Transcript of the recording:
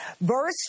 verse